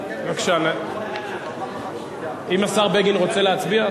הצעת חוק בתי-המשפט (תיקון, ייצוג על-ידי ארגון).